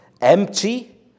empty